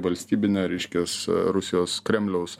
valstybinio reiškias rusijos kremliaus